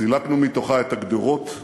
סילקנו מתוכה את הגדרות,